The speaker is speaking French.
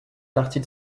partie